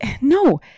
no